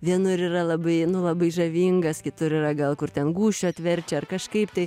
vienur yra labai labai žavingas kitur yra gal kur ten gūžčiot verčia ar kažkaip tai